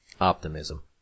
optimism